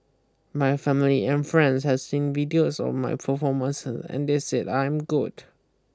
my family and friends has seen videos of my performances and they said I am good